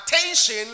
attention